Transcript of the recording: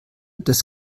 des